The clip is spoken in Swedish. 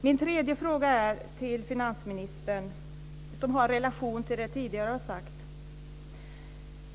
Min tredje fråga till finansministern har relation till det jag tidigare har sagt.